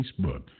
Facebook